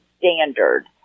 Standard